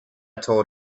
told